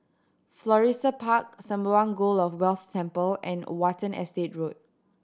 Florissa Park Sembawang God of Wealth Temple and Watten Estate Road